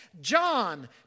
John